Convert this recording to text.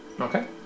Okay